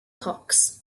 cox